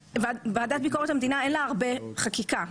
ועדת ביקורת המדינה, אין לה הרבה חקיקה.